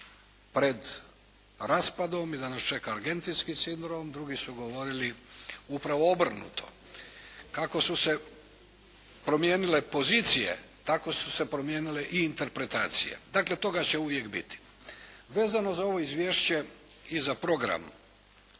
pred raspadom i da nas čeka argentinski sindrom. Drugi su govorili upravo obrnuto. Kako su se promijenile pozicije, tako su se promijenile i interpretacije. Dakle, toga će uvijek biti. Vezano za ovo izvješće i za program